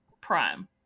Prime